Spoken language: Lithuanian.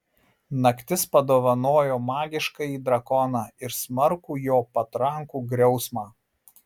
naktis padovanojo magiškąjį drakoną ir smarkų jo patrankų griausmą